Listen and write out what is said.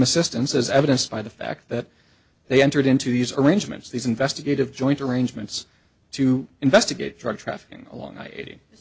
assistance as evidenced by the fact that they entered into these arrangements these investigative joint arrangements to investigate drug trafficking along i